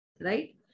right